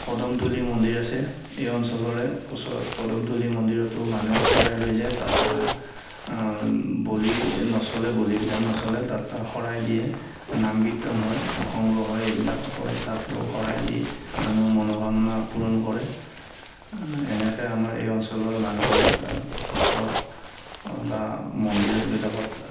কদমতলি মন্দিৰ আছে এই অঞ্চলৰে ওচৰত কদমতলি মন্দিৰতো মানুহে শৰাই লৈ যায় তাত বলি নচলে বলি বিধান নচলে তাত শৰাই দিয়ে নাম কীৰ্তন হয় প্ৰসংগ হয় এইবিলাক হয় তাত শৰাই দি মানুহৰ মনোকামনা পূৰণ কৰে এনেকে আমাৰ এই অঞ্চলত মানুহৰ সত্ৰ বা মন্দিৰ এইবিলাকত